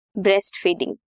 breastfeeding